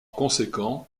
conséquent